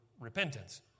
repentance